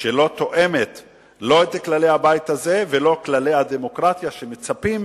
שלא תואמת לא את כללי הבית הזה ולא את כללי הדמוקרטיה שמצפים